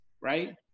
right